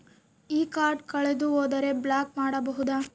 ಈ ಕಾರ್ಡ್ ಕಳೆದು ಹೋದರೆ ಬ್ಲಾಕ್ ಮಾಡಬಹುದು?